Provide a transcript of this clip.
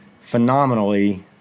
phenomenally